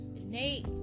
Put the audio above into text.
Nate